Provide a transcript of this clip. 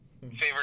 favorite